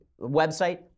website